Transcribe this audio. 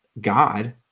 God